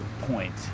point